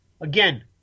Again